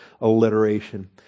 alliteration